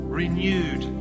renewed